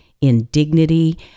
indignity